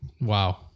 wow